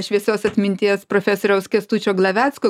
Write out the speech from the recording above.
šviesios atminties profesoriaus kęstučio glavecko